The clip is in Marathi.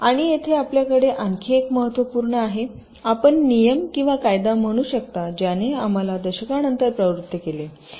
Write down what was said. आणि येथे आपल्याकडे आणखी एक महत्त्वपूर्ण आहे आपण नियम किंवा कायदा म्हणू शकता ज्याने आम्हाला दशकांनंतर प्रवृत्त केले